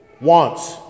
wants